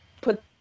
put